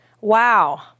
Wow